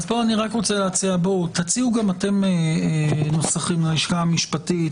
תציעו גם אתם נוסחים ללשכה המשפטית.